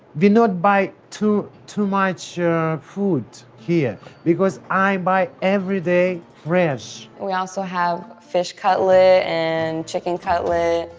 we not buy too too much food here because i buy every day fresh. we also have fish cutlet and chicken cutlet.